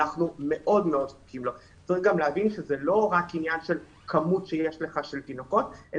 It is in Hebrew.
צריך להבין שזה לא רק עניין של כמות התינוקות שיש